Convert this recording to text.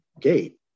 gate